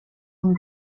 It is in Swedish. som